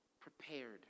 prepared